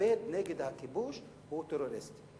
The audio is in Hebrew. שהתאבד נגד הכיבוש הוא טרוריסט.